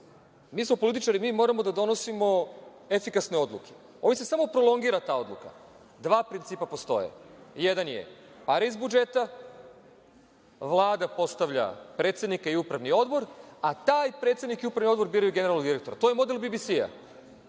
Mi smo političari, mi moramo da donosimo efikasne odluke. Ovim se samo prolongira ta odluka. Dva principa postoje. Jedan je pare iz budžeta, Vlada postavlja predsednika i Upravni odbor, a taj predsednik i Upravni odbor biraju generalnog direktora, to je model BBC.Drugi